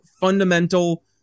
fundamental